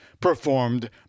performed